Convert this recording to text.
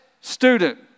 student